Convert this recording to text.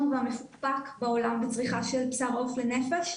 והמפוקפק בעולם בצריכה של בשר עוף לנפש,